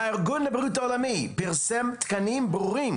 הארגון לבריאות העולמי פרסם תקנים ברורים